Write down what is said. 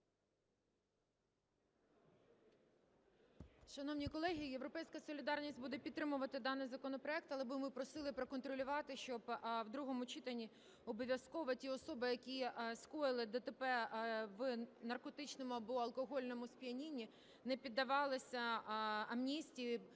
Шановні колеги, "Європейська солідарність" буде підтримувати даний законопроект, але ми б просили проконтролювати, щоб в другому читанні обов'язково ті особи, які скоїли ДТП в наркотичному або алкогольному сп'янінні, не піддавалися амністії